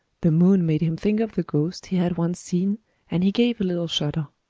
the moon made him think of the ghost he had once seen and he gave a little shudder.